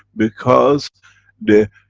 because the